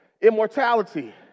immortality